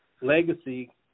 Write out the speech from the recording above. Legacy